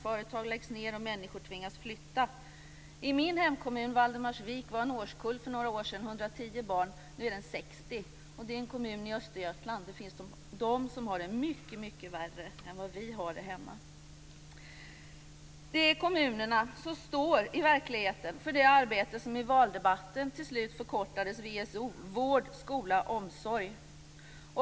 Företag läggs ned och människor tvingas flytta. I min hemkommun, Valdermarsvik, var en årskull för några år sedan 110 barn. Nu är den 60 barn. Det är en kommun i Östergötland. Det finns de som har det mycket värre än vad vi har det hemma hos mig. Det är kommunerna som i verkligheten står för det arbete som i valdebatten till slut förkortades VSO: vård, skola, omsorg.